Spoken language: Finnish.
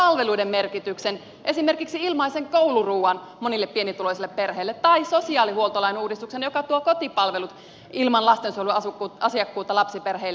te myös sivuutatte palveluiden merkityksen esimerkiksi ilmaisen kouluruuan monille pienituloisille perheille tai sosiaalihuoltolain uudistuksen joka tuo kotipalvelut ilman lastensuojelun asiakkuutta lapsiperheille